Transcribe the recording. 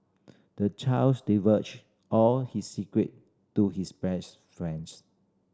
the child's divulged all his secret to his best friends